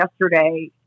yesterday